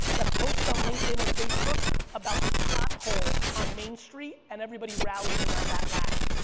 that posts on linkedin or facebook about the pothole on main street, and everybody rallies around that laugh,